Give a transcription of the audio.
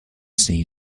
say